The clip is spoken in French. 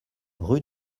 rue